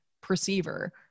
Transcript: perceiver